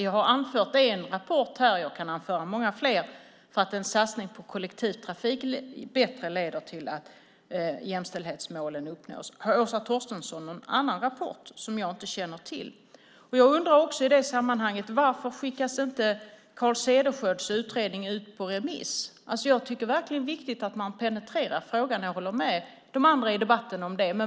Jag har anfört en rapport och kan anföra många fler som visar att en satsning på kollektivtrafiken leder till att jämställdhetsmålen lättare uppnås. Har Åsa Torstensson någon annan rapport, någon som jag inte känner till? I det sammanhanget vill jag också fråga varför Carl Cederschiölds utredning inte skickas på remiss. Jag tycker verkligen att det är viktigt att penetrera frågan.